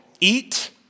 eat